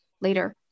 later